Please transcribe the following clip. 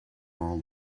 all